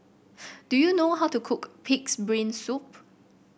do you know how to cook pig's brain soup